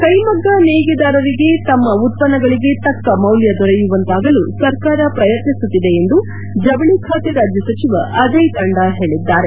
ಕೈಮಗ್ಗ ನೇಯ್ಗೆದಾರಿಗೆ ತಮ್ಮ ಉತ್ತನ್ನಗಳಿಗೆ ತಕ್ಕ ಮೌಲ್ವ ದೊರೆಯುವಂತಾಗಲು ಸರ್ಕಾರ ಪ್ರಯತ್ನಿಸುತ್ತಿದೆ ಎಂದು ಜವಳಿ ಖಾತೆ ರಾಜ್ದ ಸಚಿವ ಆಜಯ್ ಬಂಟಾ ಹೇಳಿದ್ದಾರೆ